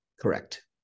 Correct